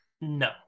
No